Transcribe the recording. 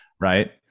Right